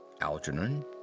Algernon